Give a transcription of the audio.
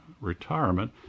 retirement